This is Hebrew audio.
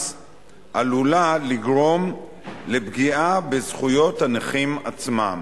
עלולה לגרום לפגיעה בזכויות הנכים עצמם.